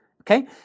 okay